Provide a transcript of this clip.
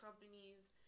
companies